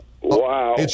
Wow